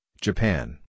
Japan